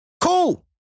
Cool